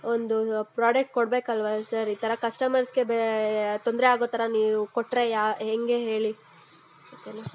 ಒಂದು ಪ್ರಾಡಕ್ಟ್ ಕೊಡಬೇಕಲ್ವ ಸರ್ ಈ ಥರ ಕಸ್ಟಮರ್ಸ್ಗೆ ಬೇ ತೊಂದರೆ ಆಗೋ ಥರ ನೀವು ಕೊಟ್ಟರೆ ಯಾ ಹೇಗೆ ಹೇಳಿ ಓಕೆನಾ